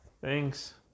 thanks